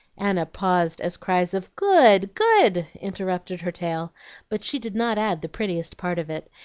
anna paused as cries of good! good! interrupted her tale but she did not add the prettiest part of it,